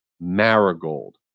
Marigold